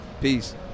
Peace